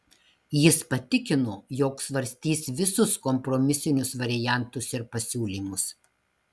jis patikino jog svarstys visus kompromisinius variantus ir pasiūlymus